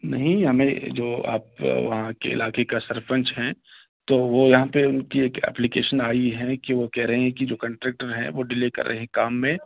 نہیں ہمیں جو آپ وہاں کے علاقے کا سرپنچ ہیں تو وہ یہاں پہ ان کی ایک اپلیکیشن آئی ہے کہ وہ کہہ رہے ہیں کہ جو کانٹریکٹر ہیں وہ ڈیلے کر رہے ہیں کام میں